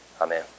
Amen